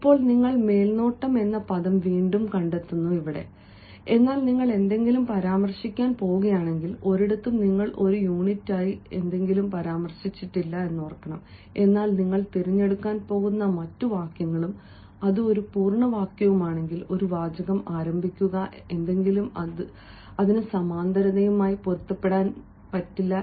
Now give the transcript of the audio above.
ഇപ്പോൾ നിങ്ങൾ മേൽനോട്ടം എന്ന പദം വീണ്ടും കണ്ടെത്തും നിങ്ങൾ എന്തെങ്കിലും പരാമർശിക്കാൻ പോകുകയാണെങ്കിൽ ഒരിടത്തും നിങ്ങൾ ഒരു യൂണിറ്റായി എന്തെങ്കിലും പരാമർശിച്ചിട്ടില്ല എന്നാൽ നിങ്ങൾ തിരഞ്ഞെടുക്കാൻ പോകുന്ന മറ്റ് വാക്യവും അത് ഒരു പൂർണ്ണ വാക്യവുമാണെങ്കിൽ ഒരു വാചകം ആരംഭിക്കുക എന്തെങ്കിലും അത് സമാന്തരതയുമായി പൊരുത്തപ്പെടില്ല